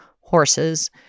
horses